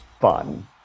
fun